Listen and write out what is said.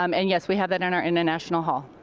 um and, yes, we have that in our international hall.